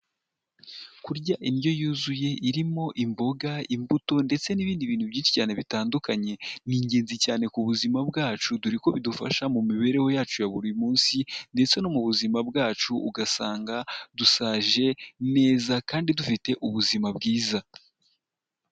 Kurya indyo yuzuye irimo; imboga, imbuto, ndetse n'ibindi bintu byinshi cyane bitandukanye, ni ingenzi cyane ku buzima bwacu dore ko bidufasha mu mibereho yacu ya buri munsi ndetse no mu buzima bwacu ugasanga dusaje neza kandi dufite ubuzima bwiza.